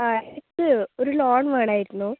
ആ എനിക്ക് ഒരു ലോൺ വേണമായിരുന്നു